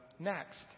Next